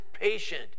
patient